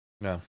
No